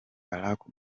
barack